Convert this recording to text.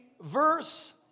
verse